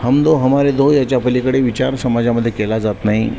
हम दो हमारे दो याच्या पलीकडे विचार समाजामध्ये केला जात नाही